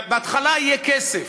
בהתחלה יהיה כסף,